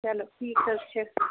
چلو ٹھیٖک حظ چھُ